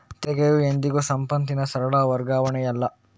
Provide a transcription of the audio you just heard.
ತೆರಿಗೆಯು ಎಂದಿಗೂ ಸಂಪತ್ತಿನ ಸರಳ ವರ್ಗಾವಣೆಯಲ್ಲ